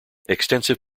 extensive